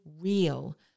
real